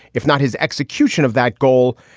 if not his execution of that goal,